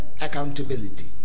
accountability